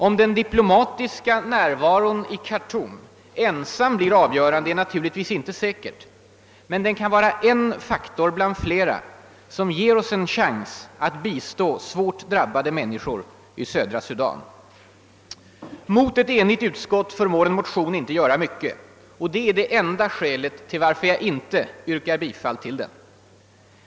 Om den diplomatiska närvaron i Khartoum ensam blir »avgörande» är naturligtvis inte säkert. Men den kan vara en faktor bland flera som ger oss en chans att bistå svårt drabbade människor i södra Sudan. Mot ett enigt utskott förmår en motion inte göra mycket. Det är det enda skälet till varför jag inte yrkar bifall till den.